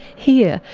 here,